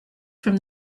from